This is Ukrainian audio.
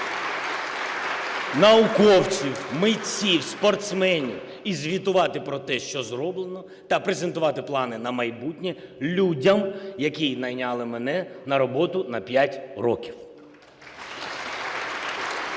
науковців, митців, спортсменів і звітувати про те, що зроблено, та презентувати плани на майбутнє людям, які найняли мене на роботу на 5 років (Оплески).